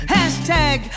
Hashtag